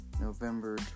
November